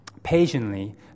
Patiently